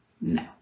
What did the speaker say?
No